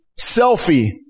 selfie